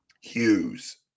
hughes